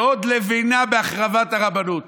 בעוד לבנה בהחרבת הרבנות.